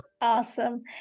Awesome